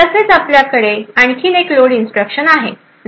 तसेच आपल्याकडे आणखी एक लोड इंस्ट्रक्शन आहे